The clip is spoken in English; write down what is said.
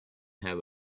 have